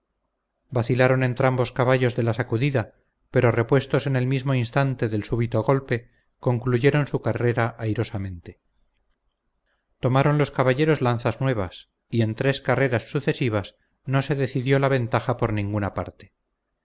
del almete vacilaron entrambos caballos de la sacudida pero repuestos en el mismo instante del súbito golpe concluyeron su carrera airosamente tomaron los caballeros lanzas nuevas y en tres carreras sucesivas no se decidió la ventaja por ninguna parte